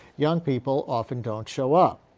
young people often don't show up.